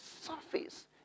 surface